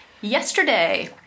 Yesterday